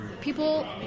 people